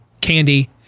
candy